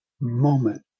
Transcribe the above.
moment